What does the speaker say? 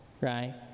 right